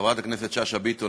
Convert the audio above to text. חברת הכנסת שאשא ביטון,